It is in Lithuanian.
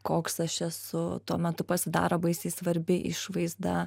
koks aš esu tuo metu pasidaro baisiai svarbi išvaizda